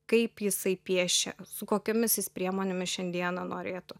kaip jisai piešia su kokiomis jis priemonėmis šiandiena norėtų